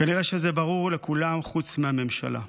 כנראה שזה ברור לכולם חוץ מהממשלה.